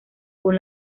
con